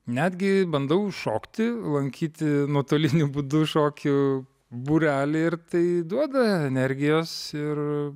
netgi bandau šokti lankyti nuotoliniu būdu šokių būrelį ir tai duoda energijos ir